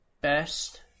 best